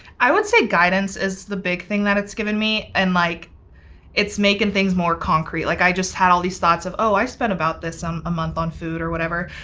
i would say guidance is the big thing that it's given me and like it's making things more concrete. like i just had all these thoughts of, oh, i spend about this um a month of food, or whatever,